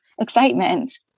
excitement